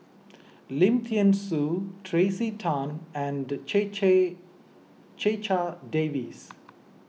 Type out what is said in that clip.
Lim thean Soo Tracey Tan and Checha Davies